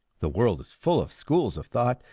the world is full of schools of thought,